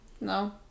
No